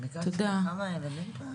תודה רבה.